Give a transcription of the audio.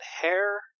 hair